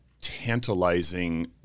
tantalizing